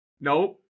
Nope